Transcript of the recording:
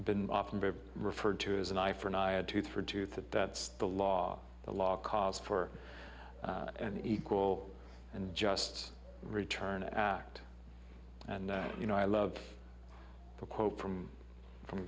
often referred to as an eye for an eye a tooth for tooth that that's the law the law calls for an equal and just return act and you know i love to quote from from